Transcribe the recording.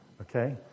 Okay